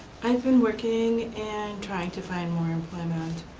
i have been working and trying to find more employment.